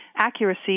accuracy